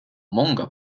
många